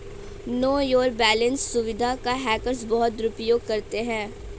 no your balance सुविधा का hackers बहुत दुरुपयोग करते हैं